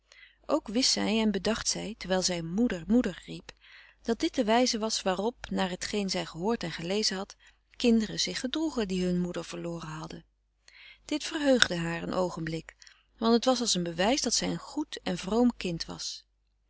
ook wist zij en bedacht zij terwijl zij moeder moeder riep dat dit de wijze was waarop naar hetgeen zij gehoord en gelezen had kinderen zich gedroegen die hun moeder verloren hadden dit verheugde haar een oogenblik want het was als een bewijs dat zij een goed en vroom kind was